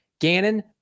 Gannon